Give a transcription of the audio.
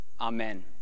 Amen